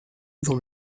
dans